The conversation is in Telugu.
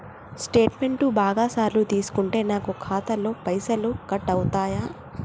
స్టేట్మెంటు బాగా సార్లు తీసుకుంటే నాకు ఖాతాలో పైసలు కట్ అవుతయా?